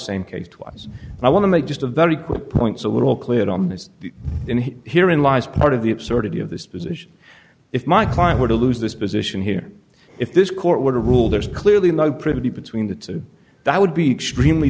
same case twice and i want to make just a very quick point so we're all clear on this and herein lies part of the absurdity of this position if my client were to lose this position here if this court would rule there's clearly no privity between the two that would be extremely